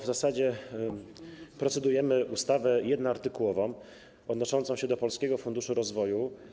W zasadzie procedujemy nad ustawą jednoartykułową, odnoszącą się do Polskiego Funduszu Rozwoju.